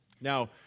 Now